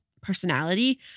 personality